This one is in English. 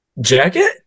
Jacket